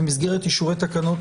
במסגרת אישורי תקנות,